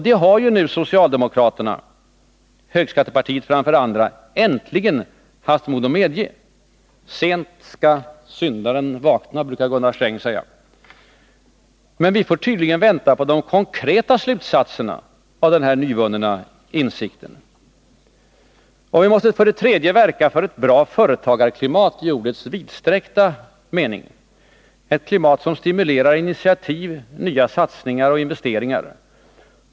Det har nu socialdemokraterna — högskattepartiet framför andra— äntligen haft mod att medge. Sent skall syndaren vakna, brukar Gunnar Sträng säga. Men vi får tydligen vänta på de konkreta slutsatserna av denna nyvunna insikt. Vi måste för det tredje verka för ett bra företagarklimat i ordets vidsträckta mening: ett klimat som stimulerar initiativ, nya satsningar och investeringar.